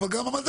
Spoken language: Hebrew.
אבל גם המדד.